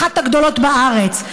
אחת הגדולות בארץ,